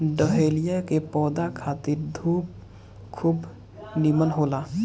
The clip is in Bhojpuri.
डहेलिया के पौधा खातिर धूप खूब निमन होला